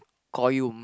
call you